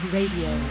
Radio